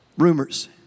Rumors